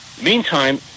Meantime